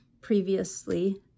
previously